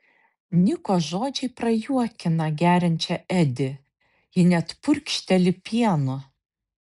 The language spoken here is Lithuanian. niko žodžiai prajuokina geriančią edi ji net purkšteli pienu